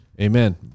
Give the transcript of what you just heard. Amen